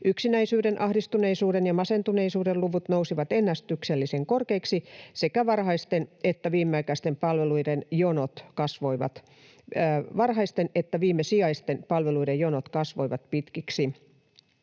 Yksinäisyyden, ahdistuneisuuden ja masentuneisuuden luvut nousivat ennätyksellisen korkeiksi, ja sekä varhaisten että viimesijaisten palveluiden jonot kasvoivat pitkiksi.